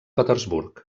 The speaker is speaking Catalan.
petersburg